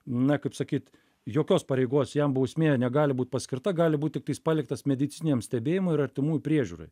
na kaip sakyt jokios pareigos jam bausmė negali būt paskirta gali būt tiktais paliktas medicininiam stebėjimui ir artimųjų priežiūrai